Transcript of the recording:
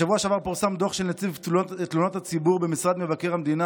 בשבוע שעבר פורסם דוח של נציב תלונות הציבור במשרד מבקר המדינה.